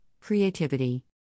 creativity